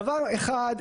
דבר אחד,